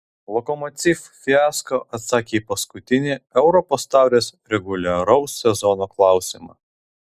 lokomotiv fiasko atsakė į paskutinį europos taurės reguliaraus sezono klausimą